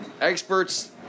experts